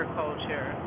culture